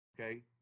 Okay